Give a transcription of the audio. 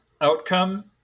outcome